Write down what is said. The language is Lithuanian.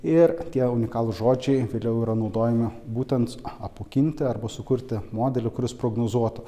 ir tie unikalūs žodžiai vėliau yra naudojami būtent apmokinti arba sukurti modelį kuris prognozuotų